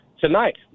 tonight